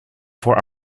for